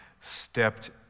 stepped